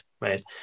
right